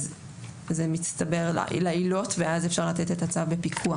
אז זה מצטבר לעילות ואז אפשר לתת את הצו בפיקוח,